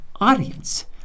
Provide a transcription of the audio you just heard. audience